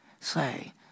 say